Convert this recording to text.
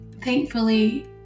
thankfully